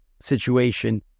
situation